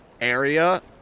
area